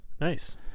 Nice